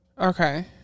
Okay